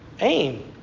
aim